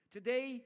Today